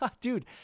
dude